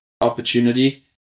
opportunity